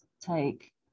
take